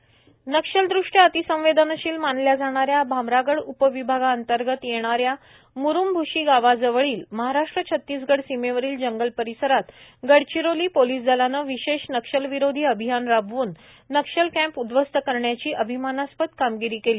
नक्षल कॅम्प उदध्वस्त नक्षलदृष्ट्या अतिसंवेदनशील मानल्या जाणाऱ्या भामरागड उपविभागांतर्गत येणाच्या म्रुमभ्शी गावाजवळील महाराष्ट्र छत्तीसगढ़ सीमेवरील जंगल परिसरात गडचिरोली पोलीस दलाने विशेष नक्षलविरोधी अभियान राबवून नक्षल कॅम्प उद्ध्वस्त करण्याची अभिमानास्पद कामगिरी केली